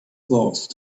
close